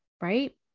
right